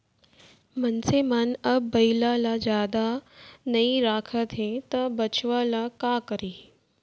मनसे मन अब बइला ल जादा नइ राखत हें त बछवा ल का करहीं